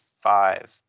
five